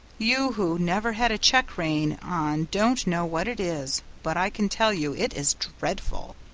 you who never had a check-rein on don't know what it is, but i can tell you it is dreadful.